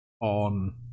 on